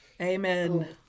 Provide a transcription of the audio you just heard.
Amen